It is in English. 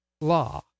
law